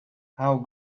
how